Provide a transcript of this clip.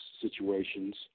situations